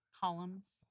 Columns